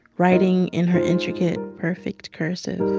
writing in her intricate, perfect cursive